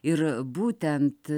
ir būtent